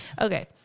Okay